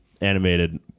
animated